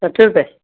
सठि रुपए